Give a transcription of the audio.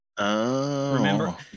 remember